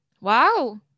wow